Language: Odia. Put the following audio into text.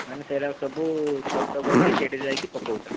ମାନେ ସେଗୁଡ଼ାକ ସବୁ ଖତ କରିକି ସେଇଠିକି ଯାଇକି ପକାଉଛ